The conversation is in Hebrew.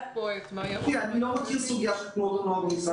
-- אני לא מכיר סוגיה של תנועות נוער במשרד החינוך.